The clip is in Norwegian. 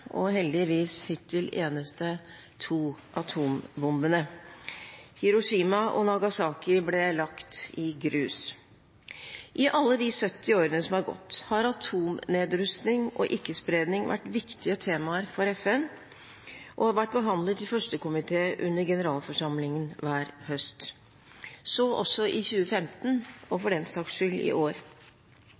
og heldigvis hittil eneste, atombombene. Hiroshima og Nagasaki ble lagt i grus. I alle de 70 årene som har gått, har atomnedrustning og ikke-spredning vært viktige temaer for FN og har vært behandlet i 1. komité under generalforsamlingen hver høst – så også i 2015, og for den saks skyld, i år.